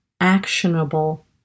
actionable